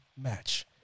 match